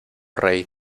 rey